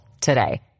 today